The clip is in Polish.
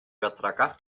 wiatraka